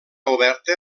oberta